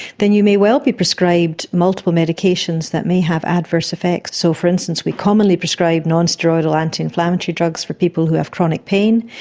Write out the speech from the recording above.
then you may well be prescribed multiple medications that may have adverse effects. so, for instance, we commonly prescribe non-steroidal anti-inflammatory drugs for people who have chronic pain.